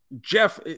Jeff